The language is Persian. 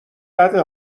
بده